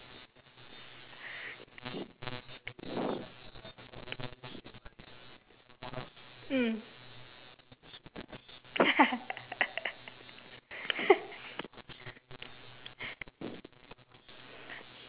mm